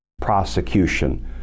prosecution